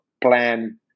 plan